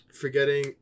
Forgetting